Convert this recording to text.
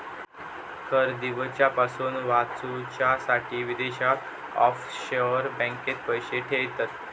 कर दिवच्यापासून वाचूच्यासाठी विदेशात ऑफशोअर बँकेत पैशे ठेयतत